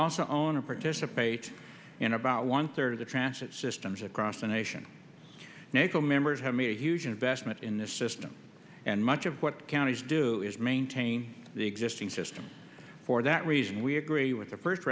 also own or participate in about one third of the transit systems across the nation nato members have a huge investment in this system and much of what counties do is maintain the existing system for that reason we agree with the first